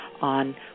on